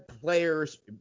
players